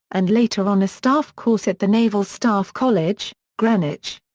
and later on a staff course at the naval staff college, greenwich.